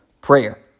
prayer